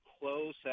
close